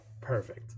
perfect